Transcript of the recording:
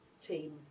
team